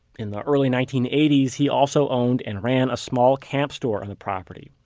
in the early nineteen eighty s, he also owned and ran a small camp store on the property.